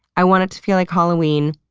i want it to feel like halloween,